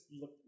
look